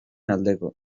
aldeko